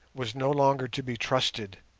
was no longer to be trusted,